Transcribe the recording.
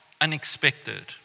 unexpected